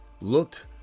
looked